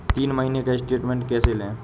तीन महीने का स्टेटमेंट कैसे लें?